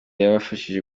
yabashije